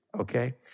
okay